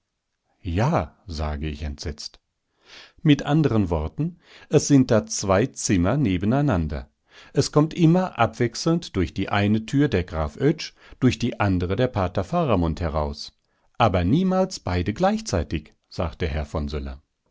ja sage ich entsetzt mit anderen worten es sind da zwei zimmer nebeneinander es kommt immer abwechselnd durch die eine tür der graf oetsch durch die andere der pater faramund heraus aber niemals beide gleichzeitig sagt der herr von söller